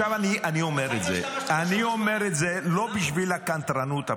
אבל לא אמרתי את זה, אני